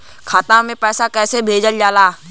खाता में पैसा कैसे भेजल जाला?